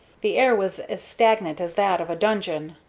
the air was as stagnant as that of a dungeon.